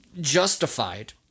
justified